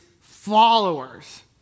followers